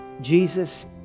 Jesus